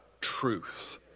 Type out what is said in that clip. truth